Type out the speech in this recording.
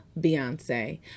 Beyonce